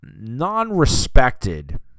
Non-respected